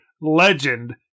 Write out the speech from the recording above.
legend